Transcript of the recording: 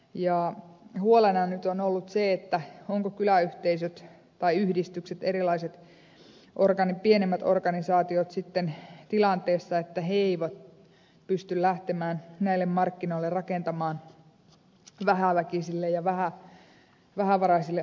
huolena nyt on ollut se ovatko kyläyhteisöt tai erilaiset pienemmät organisaatiot sitten tilanteessa että ne eivät pysty lähtemään näille markkinoille rakentamaan vähäväkisille ja vähävaraisille alueille tätä laajakaistaverkkoa